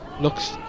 looks